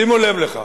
שימו לב לכך.